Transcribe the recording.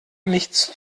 nichts